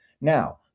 Now